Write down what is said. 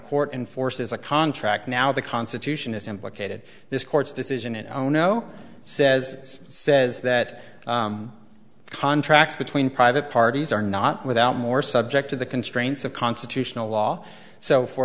court enforces a contract now the constitution is implicated this court's decision it oh no says says that contracts between private parties are not without more subject to the constraints of constitutional law so for